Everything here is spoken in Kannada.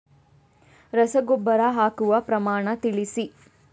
ರಸಗೊಬ್ಬರ ಹಾಕುವ ಪ್ರಮಾಣ ತಿಳಿಸಿ